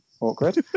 awkward